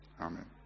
Amen